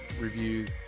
reviews